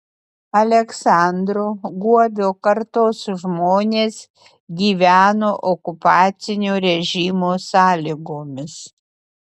aleksandro guobio kartos žmonės gyveno okupacinio režimo sąlygomis